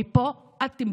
מפה עד טימבוקטו,